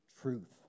truth